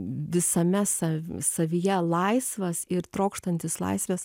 visame save savyje laisvas ir trokštantis laisvės